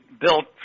built